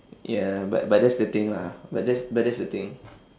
ya but but that's the thing lah but that's but that's the thing